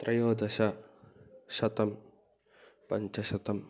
त्रयोदशशतं पञ्चशतम्